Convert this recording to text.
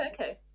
okay